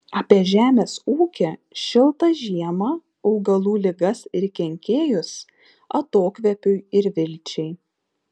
apie žemės ūkį šiltą žiemą augalų ligas ir kenkėjus atokvėpiui ir vilčiai